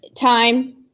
Time